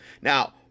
Now